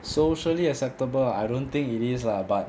socially acceptable ah I don't think it is lah but